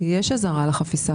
יש אזהרה על החפיסה.